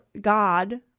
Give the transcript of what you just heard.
God